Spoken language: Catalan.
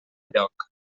lloc